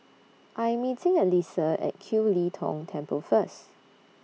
I'm meeting Elisa At Kiew Lee Tong Temple First